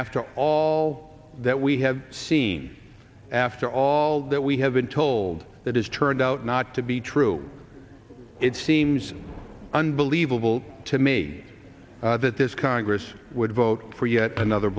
after all that we have seen after all that we have been told that has turned out not to be true it seems unbelievable to me that this congress would vote for yet another